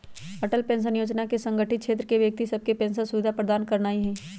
Atal pension Yojana असंगठित क्षेत्र के व्यक्ति सभके पेंशन सुविधा प्रदान करनाइ हइ